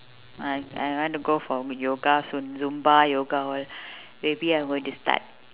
I I want to go for yoga soon zumba yoga all maybe I will just start